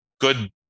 good